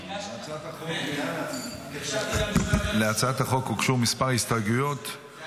להצעת החוק הוגשו כמה הסתייגויות של